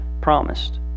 promised